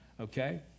okay